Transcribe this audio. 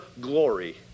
glory